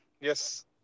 Yes